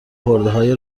خردهای